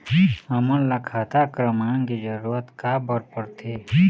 हमन ला खाता क्रमांक के जरूरत का बर पड़थे?